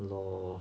lor